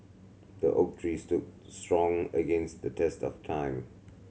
the oak tree stood strong against the test of time